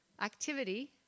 activity